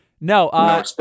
No